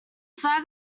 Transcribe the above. flag